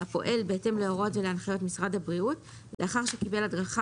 הפועל בהתאם להוראות ולהנחיות של משרד הבריאות ולאחר שקיבל הדרכה